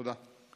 תודה.